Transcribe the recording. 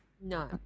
No